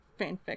fanfic